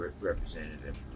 representative